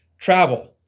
travel